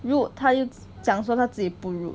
rude 他又讲说他自己 rude